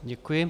Děkuji.